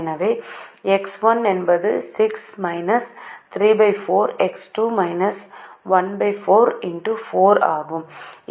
எனவே X 1 என்பது 6 34 X2 14 X 4 ஆகும்